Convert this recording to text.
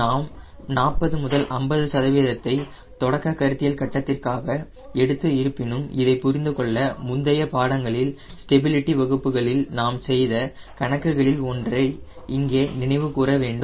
நாம் 40 முதல் 50 சதவீதத்தை தொடக்க கருத்தியல் கட்டத்திற்காக எடுத்து இருப்பினும் இதை புரிந்துகொள்ள முந்தைய பாடங்களில் ஸ்டபிலிட்டி வகுப்புகளில் நாம் செய்த கணக்குகளில் ஒன்றை இங்கே நாம் நினைவு கூற வேண்டும்